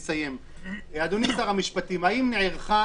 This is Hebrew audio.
אדוני שר המשפטים, האם נערכה